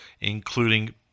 including